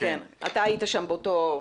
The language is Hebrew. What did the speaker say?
אתה היית שם באותו אירוע.